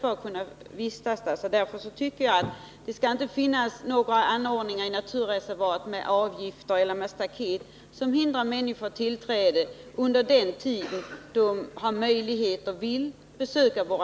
När det är fråga om naturreservat, då tycker jag inte att det skall finnas anordningar som avgifter eller staket som hindrar människor att få tillträde till området under den tid de kan och vill besöka det.